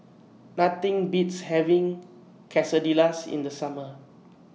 Nothing Beats having Quesadillas in The Summer